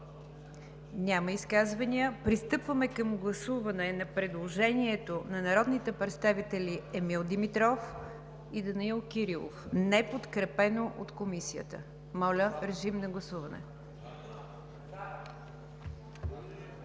Няма изказвания. Пристъпваме към гласуване на предложението на народните представители Емил Димитров и Данаил Кирилов, неподкрепено от Комисията. Гласували